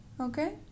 okay